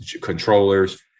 controllers